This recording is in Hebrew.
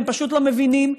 הם פשוט לא מבינים.